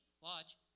watch